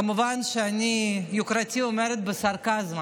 כמובן שאני אומרת "יוקרתי" בסרקזם,